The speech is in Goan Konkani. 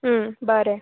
बरें